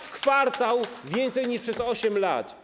W kwartał więcej niż przez 8 lat.